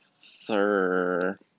Sir